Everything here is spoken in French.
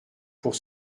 pour